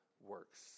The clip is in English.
works